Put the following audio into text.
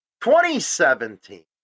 2017